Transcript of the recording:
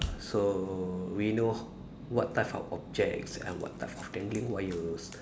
so we know what type of objects and what type of dangling wires